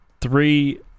three